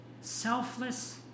Selfless